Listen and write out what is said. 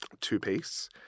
two-piece